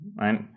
right